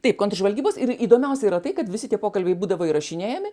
taip kontržvalgybos ir įdomiausia yra tai kad visi tie pokalbiai būdavo įrašinėjami